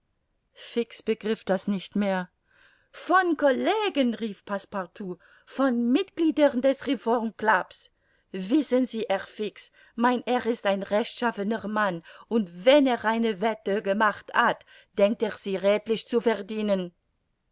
fix begriff das nicht mehr von collegen rief passepartout von mitgliedern des reformclubs wissen sie herr fix mein herr ist ein rechtschaffener mann und wenn er eine wette gemacht hat denkt er sie redlich zu verdienen